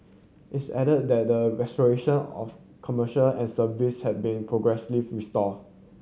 it's added that the restoration of commercial and service had been progressively restore